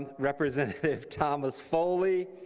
representative thomas foley,